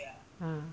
ah